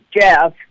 Jeff